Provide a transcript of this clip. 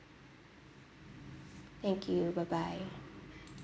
thank you bye bye